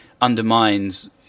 undermines